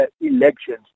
elections